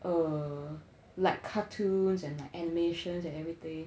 err like cartoons and animations and everything